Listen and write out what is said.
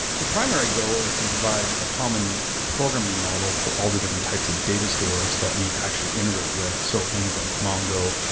the primary goal is to provide a common programming model for all the different types of data stores that we actually integrate with, so things like mongo,